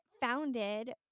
founded